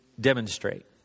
demonstrate